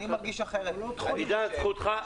אני מרגיש אחראי --- עידן, זכותך.